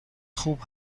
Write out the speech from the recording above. خوب